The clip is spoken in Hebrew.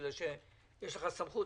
בגלל שיש לך סמכות,